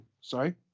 Sorry